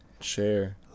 share